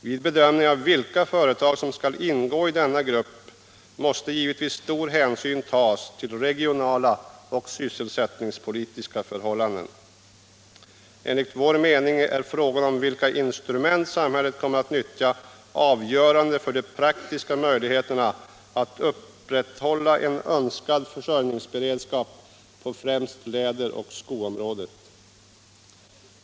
Vid bedömningen av vilka företag som skall ingå i denna grupp måste givetvis stor hänsyn tas till regionala och sysselsättningspolitiska förhållanden. Enligt vår mening är frågan om vilka instrument samhället kommer att nyttja avgörande för de praktiska möjligheterna att upprätthålla en önskad försörjningsberedskap på främst läderoch skoområdet.